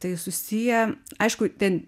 tai susiję aišku ten